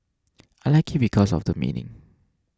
I like it because of the meaning